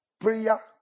Prayer